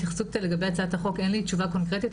לגבי התייחסות לגבי הצעת החוק אין לי תשובה קונקרטית,